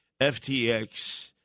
FTX